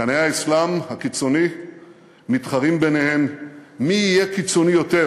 קנאי האסלאם הקיצוני מתחרים ביניהם מי יהיה קיצוני יותר,